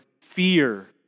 fear